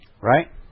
right